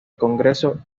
congreso